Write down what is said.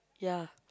ya